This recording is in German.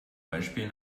beispiel